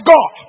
God